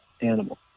animal